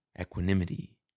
equanimity